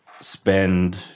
spend